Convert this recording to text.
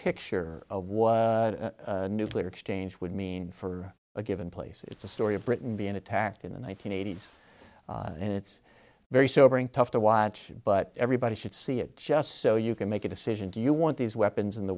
picture of what a nuclear exchange would mean for a given place it's a story of britain being attacked in the one nine hundred eighty s and it's very sobering tough to watch but everybody should see it just so you can make a decision do you want these weapons in the